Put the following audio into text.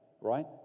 Right